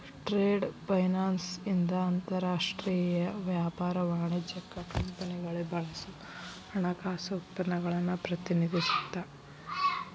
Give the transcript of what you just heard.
trade finance ಇಂದ ಅಂತರಾಷ್ಟ್ರೇಯ ವ್ಯಾಪಾರ ವಾಣಿಜ್ಯಕ್ಕ ಕಂಪನಿಗಳು ಬಳಸೋ ಹಣಕಾಸು ಉತ್ಪನ್ನಗಳನ್ನ ಪ್ರತಿನಿಧಿಸುತ್ತ